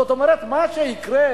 זאת אומרת מה שיקרה,